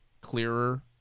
clearer